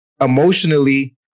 emotionally